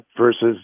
versus